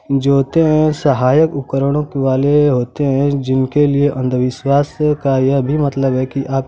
जो होते हैं स्वभावकरण वाले होते हैं जिनके लिए अन्धविश्वास का यह भी मतलब है कि आप